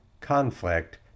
conflict